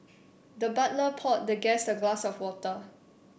the butler poured the guest a glass of water